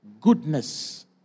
goodness